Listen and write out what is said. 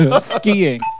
Skiing